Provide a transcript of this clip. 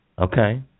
Okay